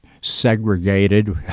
segregated